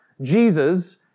Jesus